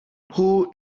who